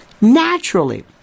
Naturally